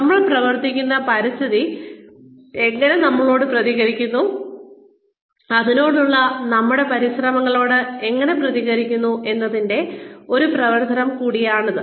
നമ്മൾ പ്രവർത്തിക്കുന്ന പരിസ്ഥിതി എങ്ങനെ നമ്മോട് പ്രതികരിക്കുന്നു അതിനോടുള്ള നമ്മുടെ പരിശ്രമങ്ങളോട് പ്രതികരിക്കുന്നു എന്നതിന്റെ ഒരു പ്രവർത്തനം കൂടിയാണിത്